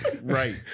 Right